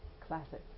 classic